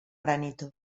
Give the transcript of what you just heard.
granito